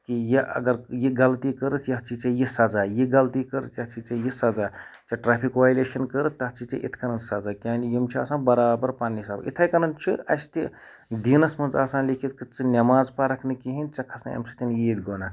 کہِ یہِ اَگَر یہِ غَلطی کٔرٕتھ یَتھ چھِ ژےٚ یہِ سَزا یہِ غَلطی کٔرٕتھ یَتھ چھِ ژےٚ یہِ سَزا ژےٚ ٹریفِک وایلیشَن کٔرٕتھ تَتھ چھےٚ ژےٚ اِتھ کٔنن سَزا یعنے یِم چھِ آسان بَرابَر پَننہِ حِسابہٕ اِتھے کٔنن چھُ اسہِ تہِ دیٖنَس مَنٛز آسان لیٚکھِتھ کہِ ژٕ نماز پَرَکھ نہٕ کِہیٖنۍ ژےٚ کھَسنے امہِ سۭتۍ ییٖتۍ گۄناہ